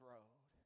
Road